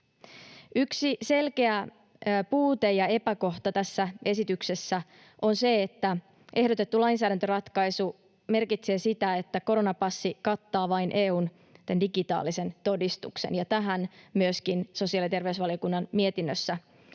Yksi selkeä puute ja epäkohta tässä esityksessä on se, että ehdotettu lainsäädäntöratkaisu merkitsee sitä, että koronapassi kattaa vain EU:n digitaalisen todistuksen, ja tähän myöskin sosiaali‑ ja terveysvaliokunnan mietinnössä